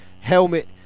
helmet